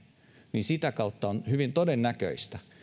niin sitä kautta on hyvin todennäköistä